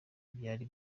byari